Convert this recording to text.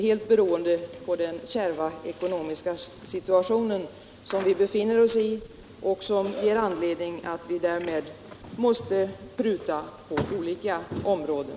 Detta beror helt på den kärva ekonomiska situation som vi befinner oss i och som gör att vi måste pruta på olika områden.